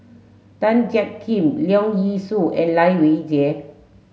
Tan Jiak Kim Leong Yee Soo and Lai Weijie